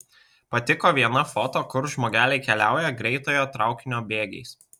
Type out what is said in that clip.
patiko viena foto kur žmogeliai keliauja greitojo traukinio bėgiais